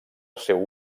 seu